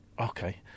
okay